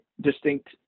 distinct